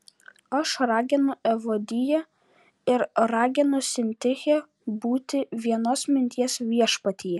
aš raginu evodiją ir raginu sintichę būti vienos minties viešpatyje